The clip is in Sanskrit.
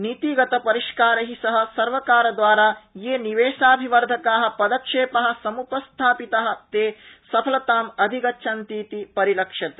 नीतिगत परिष्कारै सह सर्वकारद्वारा ये निवेशाभिवर्धका पदक्षेपा समुत्थापिता ते सफलताम् अधिगच्छन्तीति परिलक्ष्यते